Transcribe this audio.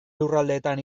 lurraldeetan